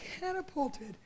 catapulted